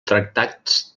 tractats